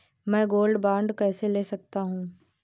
मैं gold bond कैसे ले सकता हूँ?